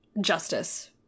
justice